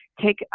take